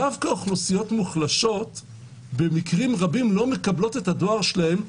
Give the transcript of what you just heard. דווקא אוכלוסיות מוחלשות במקרים רבים לא מקבלות את הדואר שלהם.